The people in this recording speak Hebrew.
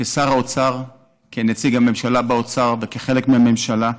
כשר האוצר, כנציג הממשלה באוצר וכחלק מהממשלה,